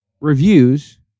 reviews